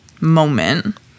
moment